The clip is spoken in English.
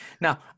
Now